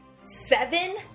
seven